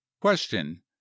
Question